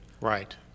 Right